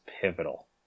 pivotal